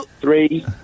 three